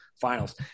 finals